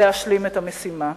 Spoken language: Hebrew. להשלים את המשימה.